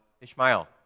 Ishmael